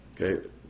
Okay